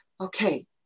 okay